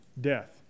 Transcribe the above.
Death